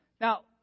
Now